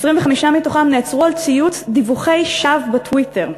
25 מהם נעצרו על ציוץ דיווחי שווא בטוויטר.